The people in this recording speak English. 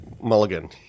mulligan